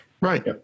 Right